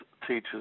teachers